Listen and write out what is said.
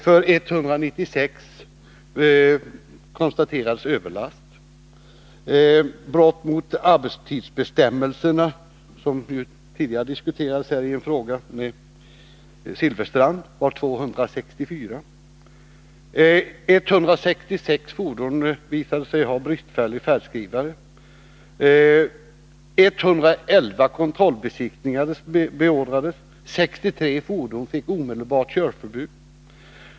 För 196 konstaterades överlast. Brott mot arbetstidsbestämmelserna, som ju tidigare i dag har diskuterats i en frågedebatt med Bengt Silfverstrand, konstaterades i 264 fall. 166 fordon visade sig ha bristfälliga färdskrivare. 111 kontrollbesiktningar beordrades. 63 fordon fick omedelbart körförbud.